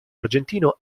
argentino